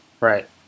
Right